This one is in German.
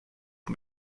mit